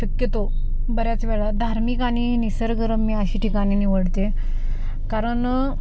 शक्यतो बऱ्याच वेळा धार्मिक आणि निसर्गरम्य अशी ठिकाणे निवडते कारण